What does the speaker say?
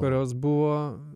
kurios buvo